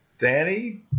Danny